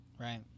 Right